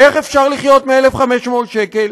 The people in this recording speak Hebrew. איך אפשר לחיות מ-1,500 שקל?